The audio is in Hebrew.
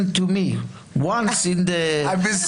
listen to me once in the --- I've been